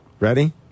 Ready